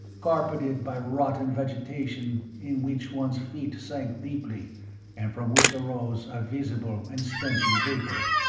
carpeted by rotten vegetation in which one's feet sank deeply and from which arose a visible and stenching vapour.